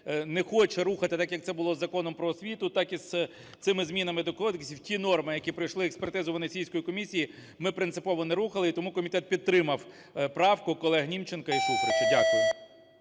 не хоче рухати так, як це було з Законом "Про освіту", так і з цими змінами до кодексів, ті норми, які пройшли експертизу Венеційської комісії, ми принципово не рухали. І тому комітет підтримав правку колег Німченка і Шуфрича. Дякую.